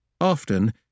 Often